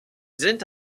sind